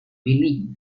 believe